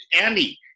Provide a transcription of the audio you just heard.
Andy